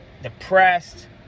Depressed